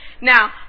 Now